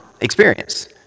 experience